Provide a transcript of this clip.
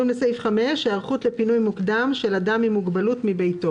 "היערכות לפינוי מוקדם של אדם עם מוגבלות מביתו